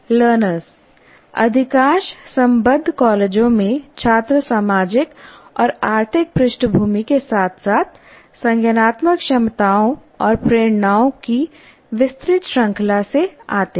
learners अधिकांश संबद्ध कॉलेजों में छात्र सामाजिक और आर्थिक पृष्ठभूमि के साथ साथ संज्ञानात्मक क्षमताओं और प्रेरणाओं की विस्तृत श्रृंखला से आते हैं